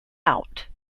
out